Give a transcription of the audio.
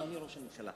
אבל מי ראש הממשלה?